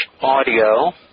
audio